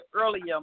earlier